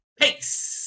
Peace